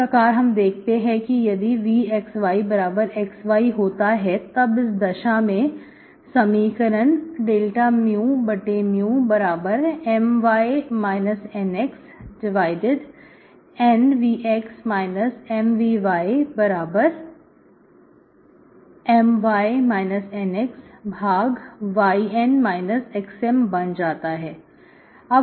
इस प्रकार हम देखते हैं कि यदि vxyxyहोता है तब इस दशा में समीकरण dμMy NxNvx MvyMy NxyN xM बन जाता है